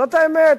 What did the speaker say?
זאת האמת.